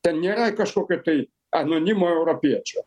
ten nėra kažkokio tai anonimo europiečio